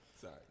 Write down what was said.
Sorry